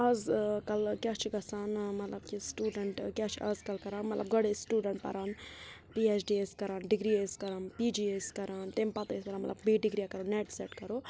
اَز کَلہٕ کیٛاہ چھُ گَژھان مطلب کہِ سٹوٗڈَنٛٹ کیٛاہ چھُ آز کَل کَران مطلب گۄڈٕ ٲسۍ سٹوٗڈَنٛٹ پَران پی ایچ ڈی ٲسۍ کَران ڈِگری ٲسۍ کَران پی جی ٲسۍ کَران تمہِ پَتہٕ ٲسۍ کَران مطلب بی ڈِگری یا کَرو نٮ۪ٹ سٮ۪ٹ کَرو